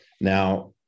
now